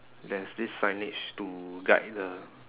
there is this signage to guide the